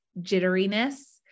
jitteriness